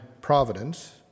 providence